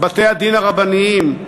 בתי-הדין הרבניים,